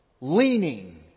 leaning